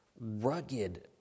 rugged